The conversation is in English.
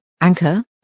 Anchor